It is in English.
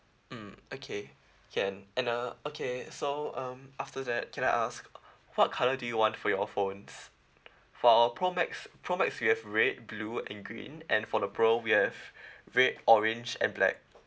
mm okay can and uh okay so um after that can I ask what colour do you want for your phones for our pro max pro max we have red blue and green and for the pro we have red orange and black